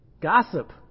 Gossip